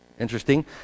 Interesting